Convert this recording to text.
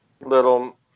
little